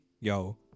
yo